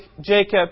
Jacob